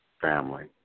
Family